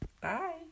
bye